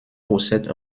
possède